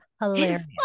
hilarious